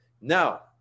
Now